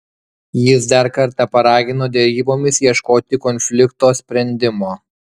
jis dar kartą paragino derybomis ieškoti konflikto sprendimo